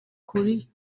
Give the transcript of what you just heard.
kuri